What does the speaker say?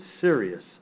serious